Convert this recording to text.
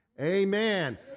amen